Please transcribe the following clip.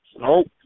Nope